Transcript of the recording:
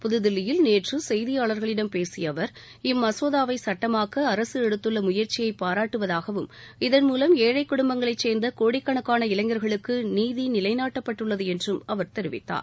புதுதில்லியில் நேற்று செய்தியாளர்களிடம் பேசிய அவர் இம்மசோதாவை சுட்டமாக்க அரசு எடுத்துள்ள முயற்சியைப் பாராட்டுவதாகவும் இதன்மூலம் ஏழழக் குடும்பங்களைச் சேர்ந்த கோடிக்கணக்கான இளைஞர்களுக்கு நீதி நிலைநாட்டப்பட்டுள்ளது என்றும் அவர் தெரிவித்தார்